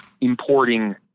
importing